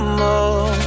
more